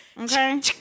Okay